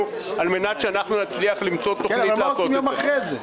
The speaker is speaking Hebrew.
על מנת שאנחנו נצליח למצוא תוכנית --- אבל מה עושים יום אחרי זה?